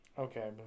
Okay